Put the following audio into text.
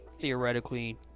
theoretically